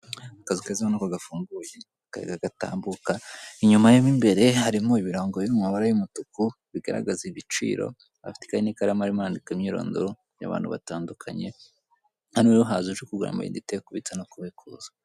Akazu keza ubonako gafunguye akayaga gatambuka, inyuma yo m'imbere harimo ibirango biri mu mabara y'umutuku bigaragaza ibiciro, afite ikayi n'ikaramu arimo arandika imyirondoro y'abantu batandukanye. Hano rero haza uje kugura amayinite kubitsa no kubikuza.